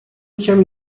کمی